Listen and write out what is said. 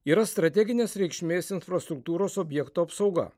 yra strateginės reikšmės infrastruktūros objektų apsauga